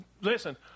listen